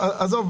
הסייעות,